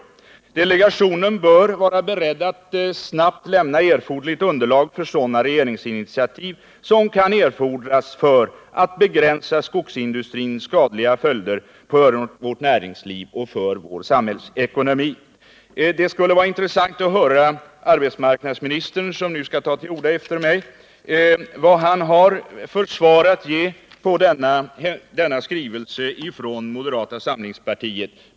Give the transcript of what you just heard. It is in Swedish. Delegationen bör vara beredd att snabbt lämna erforderligt underlag för sådana regeringsinitiativ som kan erfordras för att begränsa de skadliga följderna av skogsindustrins svåra läge för vårt näringsliv och för vår samhällsekonomi. Det skulle vara intressant att höra vilket svar arbetsmarknadsministern, som skall ta till orda efter mig, har att ge på denna skrivelse från moderata samlingspartiet.